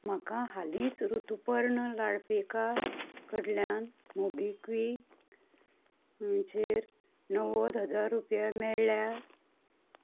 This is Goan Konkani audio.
म्हाका हालींच ऋतुपर्ण लाडफेकार कडल्यान मोबीक्विक चेर णव्वद हजार रुपया मेळ्ळ्यात